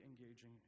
engaging